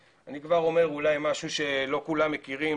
אני כבר אומר אולי משהו שלא כולם מכירים,